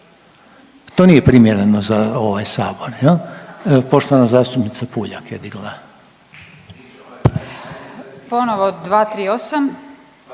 To nije primjereno za ovaj Sabor. Poštovana zastupnica Puljak je digla. **Puljak,